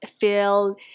feel